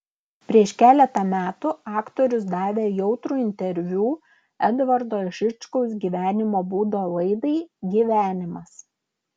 prieš keletą metų aktorius davė jautrų interviu edvardo žičkaus gyvenimo būdo laidai gyvenimas